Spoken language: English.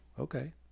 okay